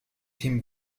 him